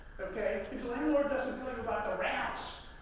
okay? so, the landlord doesn't talk about the rats,